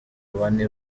bane